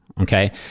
Okay